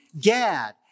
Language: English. Gad